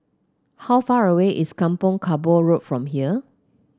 how far away is Kampong Kapor Road from here